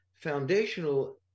foundational